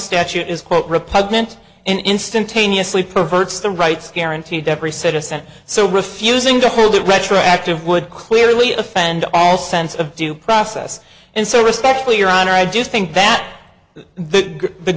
statute is quote repugnant and instantaneously perverts the rights guaranteed to every citizen so refusing to hold a retroactive would clearly offend all sense of due process and so respectfully your honor i do think that the the